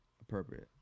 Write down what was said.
Appropriate